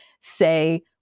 say